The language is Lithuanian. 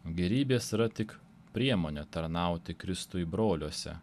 gėrybės yra tik priemonė tarnauti kristui broliuose